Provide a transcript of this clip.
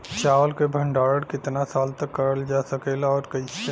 चावल क भण्डारण कितना साल तक करल जा सकेला और कइसे?